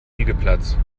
liegeplatz